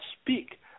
speak